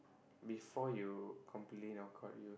before you completely knock out you